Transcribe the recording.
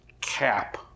cap